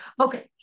okay